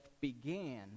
began